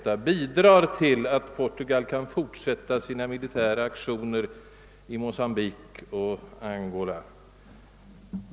I vilken mån bidrar denna ställning till att Portugal kan fortsätta sina militära aktioner i Mocambique och Angola?